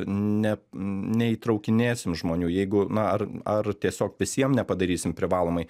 ne neįtraukinėsim žmonių jeigu na ar ar tiesiog visiem nepadarysim privalomai